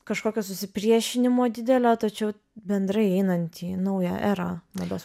kažkokio susipriešinimo didelio tačiau bendrai įeinant į naują erą mados